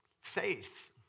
Faith